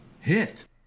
hit